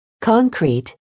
Concrete